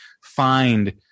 find